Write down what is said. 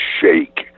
shake